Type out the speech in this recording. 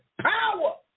power